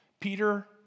Peter